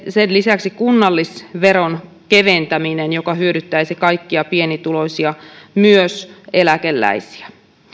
sen lisäksi kunnallisveron keventäminen joka hyödyttäisi kaikkia pienituloisia myös eläkeläisiä